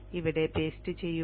ഇവിടെ പേസ്റ്റ് ചെയ്യുക